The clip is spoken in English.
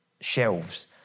shelves